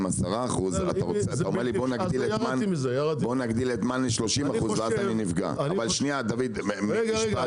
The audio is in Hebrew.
להם 10% ואם אתה אומר בוא נגדיל את מן ל-30% ואז אני נפגע --- רגע רגע,